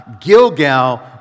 Gilgal